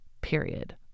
period